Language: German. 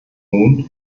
nun